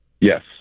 Yes